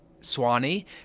Swanee